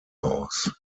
aus